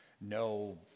No